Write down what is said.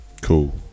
cool